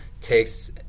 Takes